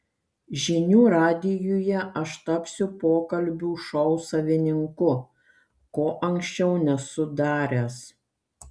žinių radijuje aš tapsiu pokalbių šou savininku ko anksčiau nesu daręs